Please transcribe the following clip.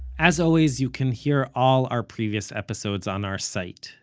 as always, you can hear all our previous episodes on our site,